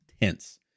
tense